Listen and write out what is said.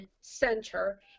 center